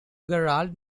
gerald